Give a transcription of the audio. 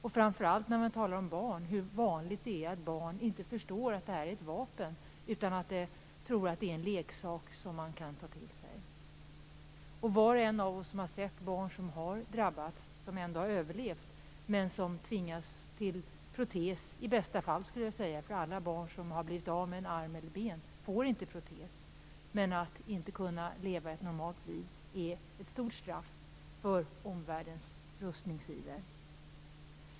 Det är vanligt att barn inte förstår att minorna är ett vapen. De tror att det är en leksak som de kan ta till sig. Var och en av oss har sett barn som har drabbats och som har överlevt, men som tvingas använda protes - i bästa fall. Alla barn som har blivit av med en arm eller ett ben får ju inte protes. Att inte kunna leva ett normalt liv är ett stort straff för omvärldens rustningsiver.